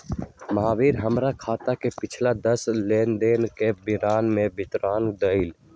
महावीर हमर खाता के पिछला दस लेनदेन के विवरण के विवरण देलय